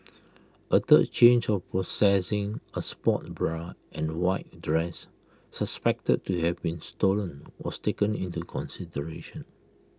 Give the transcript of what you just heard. A third charge of possessing A sports bra and white dress suspected to have been stolen was taken into consideration